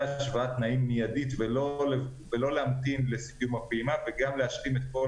השוואת תנאים מיידית ולא להמתין לסיום הפעימה וגם להשלים את כל